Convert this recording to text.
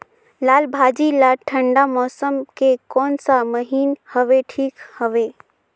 लालभाजी ला ठंडा मौसम के कोन सा महीन हवे ठीक हवे?